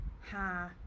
Ha